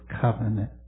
covenant